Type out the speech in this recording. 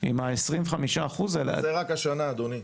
עם ה-25% האלה --- זה רק השנה, אדוני.